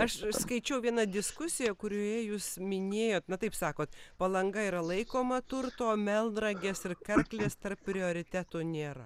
aš skaičiau vieną diskusiją kurioje jūs minėjot na taip sakot palanga yra laikoma turto melnragės ir karklės tarp prioritetų nėra